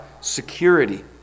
security